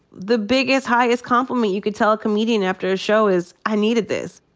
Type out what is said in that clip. the biggest, highest compliment you could tell a comedian after a show is, i needed this.